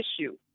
issue